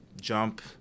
jump